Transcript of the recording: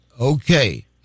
Okay